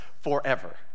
forever